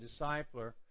Discipler